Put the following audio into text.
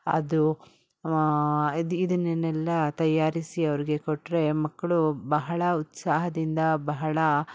ಅದು ಇದು ಇದನನ್ನೆಲ್ಲ ತಯಾರಿಸಿ ಅವ್ರಿಗೆ ಕೊಟ್ರೆ ಮಕ್ಕಳು ಬಹಳ ಉತ್ಸಾಹದಿಂದ ಬಹಳ